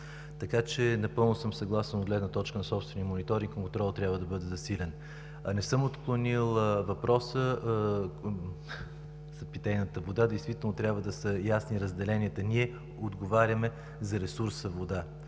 Така че напълно съм съгласен, от гледна точка на собствения мониторинг, контролът трябва да бъде засилен. Не съм отклонил въпроса за питейната вода. Действително трябва да са ясни разделенията. Ние отговаряме за ресурса „вода“,